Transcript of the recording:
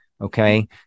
Okay